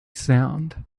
sound